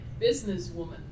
businesswoman